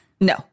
No